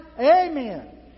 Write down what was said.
Amen